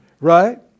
right